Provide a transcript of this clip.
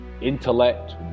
intellect